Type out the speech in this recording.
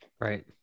Right